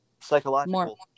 psychological